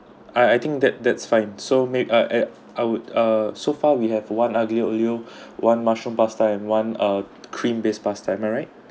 I I think that that's fine so make a uh I would uh so far we have one aglio olio one mushroom pasta and one uh cream based pasta am I right